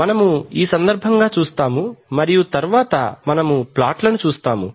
మనము ఈ సందర్భంగా చూస్తాము మరియు తరువాత మనము ప్లాట్లను చూస్తాము